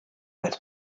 als